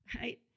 right